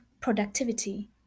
productivity